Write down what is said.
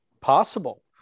possible